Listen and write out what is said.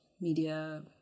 media